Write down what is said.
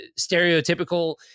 stereotypical